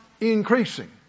increasing